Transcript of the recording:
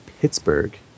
Pittsburgh